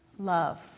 love